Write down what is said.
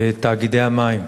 תאגידי המים